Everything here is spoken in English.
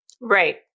Right